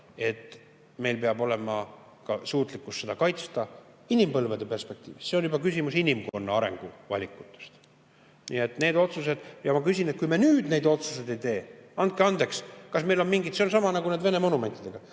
peab olema ka suutlikkus seda kaitsta inimpõlvede perspektiivis. See on juba küsimus inimkonna arengu valikutest. Nii et need otsused ... Ja ma küsin, et kui me nüüd neid otsuseid ei tee, andke andeks, kas meil on mingid ... See on seesama nagu nende Vene monumentidega.